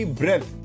breath